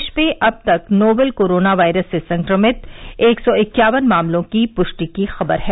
देश में अब तक नोवेल कोरोना वायरस से संक्रमित एक सौ इक्यावन मामलों की पृष्टि की खबर है